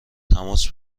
تماس